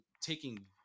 taking